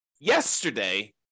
yesterday